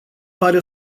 pare